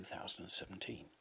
2017